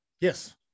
Yes